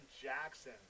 Jackson